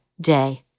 day